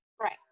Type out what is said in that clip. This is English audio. Right